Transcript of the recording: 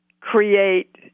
create